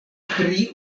pri